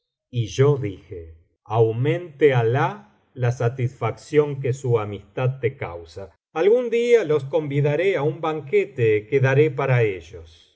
y yo dije aumente alah la satisfacción que su amistad te causa algún día los convidaré á un banquete que daré para ellos